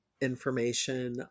information